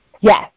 Yes